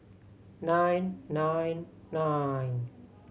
nine nine nine